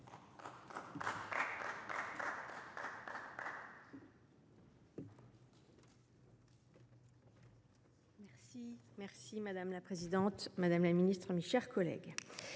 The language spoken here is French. de loi. Madame la présidente, madame la ministre, mes chers collègues,